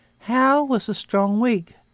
howe was a strong whig.